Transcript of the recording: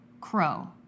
Crow